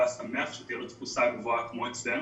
היה שמח שתהיה לו תפוסה גבוהה כמו אצלנו.